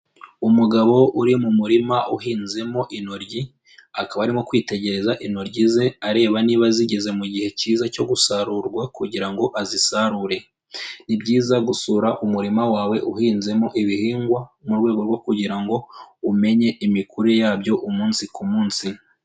Umugabo uri mu murima uhinzemo intoryi, akaba arimo kwitegereza intoryi ze areba niba zigeze mu gihe cyiza cyo gusarurwa kugira ngo azisarure, ni byiza gusura umurima wawe uhinzemo ibihingwa mu rwego rwo kugira ngo umenye imikurire yabyo umunsi k'umunsi.